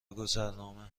گذرنامه